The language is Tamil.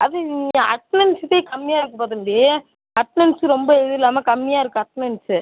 அது நீங்கள் அட்னன்ஸ் இதே கம்மியாக இருக்குப்பா தம்பி அட்னன்ஸு ரொம்ப இது இல்லாமல் கம்மியாக இருக்கு அட்னன்ஸு